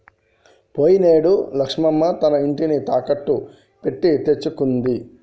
పోయినేడు లచ్చమ్మ తన ఇంటిని తాకట్టు పెట్టి తెచ్చుకుంది